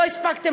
לא הספקתם,